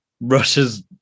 Russia's